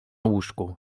łóżku